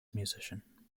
musician